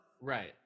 Right